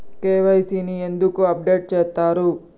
KYC ని ఎందుకు update చేత్తరు?